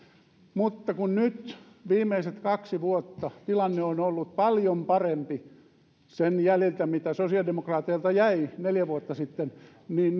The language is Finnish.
mutta kun nyt viimeiset kaksi vuotta tilanne on ollut paljon parempi sen jäljiltä mitä sosiaalidemokraateilta jäi neljä vuotta sitten niin